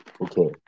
Okay